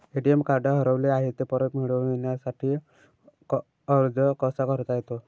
ATM card हरवले आहे, ते परत मिळण्यासाठी अर्ज करता येतो का?